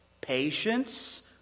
patience